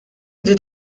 ydy